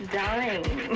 dying